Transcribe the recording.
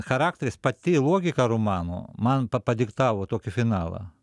charakteris pati logika romano man pa padiktavo tokį finalą